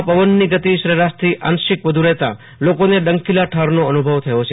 જીલ્લામાં પવનની ગતિ સરેરાશથી આંશિક વ્ધુ રહેતાં લોકોને ડંખીલા ઠારનો અનુભવ થયો હતો